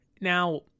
Now